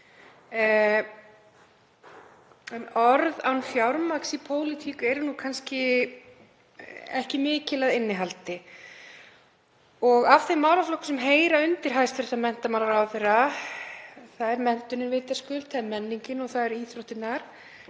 en orð án fjármagns í pólitík eru nú kannski ekki mikil að innihaldi. Í þeim málaflokkum sem heyra undir hæstv. menntamálaráðherra, sem eru menntunin vitaskuld, menningin og íþróttirnar,